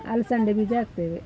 ಅಲ್ಸಂದೆ ಬೀಜ ಹಾಕ್ತೇವೆ